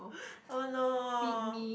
oh no